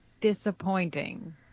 disappointing